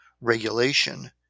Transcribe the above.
regulation